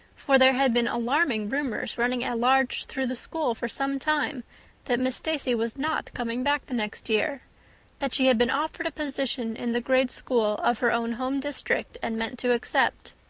for there had been alarming rumors running at large through the school for some time that miss stacy was not coming back the next year that she had been offered a position in the grade school of her own home district and meant to accept.